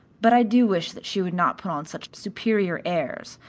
but i do wish that she would not put on such superior airs,